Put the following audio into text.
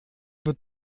wird